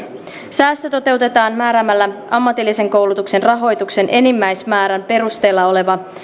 säästö toteutetaan määräämällä ammatillisen koulutuksen rahoituksen enimmäismäärän perusteella oleva